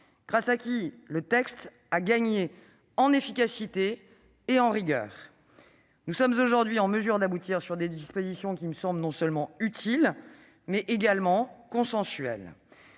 proposition de loi a gagné en efficacité et en rigueur. Nous sommes aujourd'hui en mesure d'aboutir à des dispositions non seulement utiles, mais également consensuelles.